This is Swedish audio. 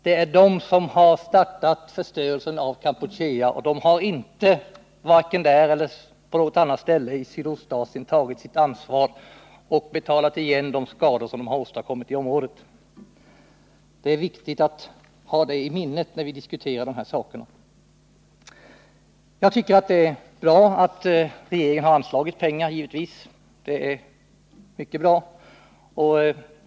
Det är USA som har startat förstörelsen av Kampuchea, men USA har inte, varken där eller någon annanstans i Sydostasien, tagit sitt ansvar och betalat ersättning för de skador som åstadkommits i området. Det är viktigt att ha detta i minnet när vi diskuterar de här frågorna. Jag tycker givetvis att det är bra att regeringen har anslagit pengar till de internationella hjälpinsatserna i Kampuchea. Det är mycket bra.